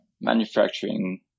manufacturing